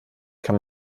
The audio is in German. kann